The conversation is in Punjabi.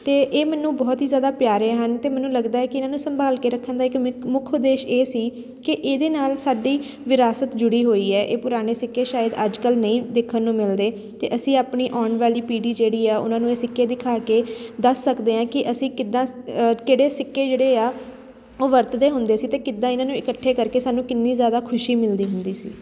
ਅਤੇ ਇਹ ਮੈਨੂੰ ਬਹੁਤ ਹੀ ਜ਼ਿਆਦਾ ਪਿਆਰੇ ਹਨ ਅਤੇ ਮੈਨੂੰ ਲੱਗਦਾ ਹੈ ਕਿ ਇਹਨਾਂ ਨੂੰ ਸੰਭਾਲ ਕੇ ਰੱਖਣ ਦਾ ਇੱਕ ਮੇਰੇ ਕੋਲ ਮਿ ਮੁੱਖ ਉਦੇਸ਼ ਇਹ ਸੀ ਕਿ ਇਹਦੇ ਨਾਲ ਸਾਡੀ ਵਿਰਾਸਤ ਜੁੜੀ ਹੋਈ ਹੈ ਇਹ ਪੁਰਾਣੇ ਸਿੱਕੇ ਸ਼ਾਇਦ ਅੱਜ ਕੱਲ੍ਹ ਨਹੀਂ ਦੇਖਣ ਨੂੰ ਮਿਲਦੇ ਅਤੇ ਅਸੀਂ ਆਪਣੀ ਆਉਣ ਵਾਲੀ ਪੀੜੀ ਜਿਹੜੀ ਹਾਂ ਉਹਨਾਂ ਨੂੰ ਇਹ ਸਿੱਕੇ ਦਿਖਾ ਕੇ ਦੱਸ ਸਕਦੇ ਹਾਂ ਕਿ ਅਸੀਂ ਕਿੱਦਾਂ ਕਿਹੜੇ ਸਿੱਕੇ ਜਿਹੜੇ ਆ ਉਹ ਵਰਤਦੇ ਹੁੰਦੇ ਸੀ ਅਤੇ ਕਿੱਦਾਂ ਇਹਨਾਂ ਨੂੰ ਇਕੱਠੇ ਕਰਕੇ ਸਾਨੂੰ ਕਿੰਨੀ ਜ਼ਿਆਦਾ ਖੁਸ਼ੀ ਮਿਲਦੀ ਹੁੰਦੀ ਸੀ